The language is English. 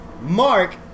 Mark